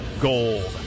gold